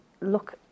look